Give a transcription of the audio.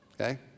okay